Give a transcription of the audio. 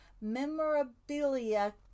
Memorabilia